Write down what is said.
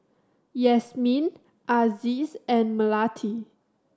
Yasmin Aziz and Melati